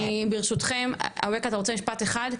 אני, ברשותכם, אווקה, אתה רוצה משפט אחד?